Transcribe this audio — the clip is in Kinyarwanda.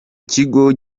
kigo